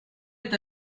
est